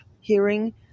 hearing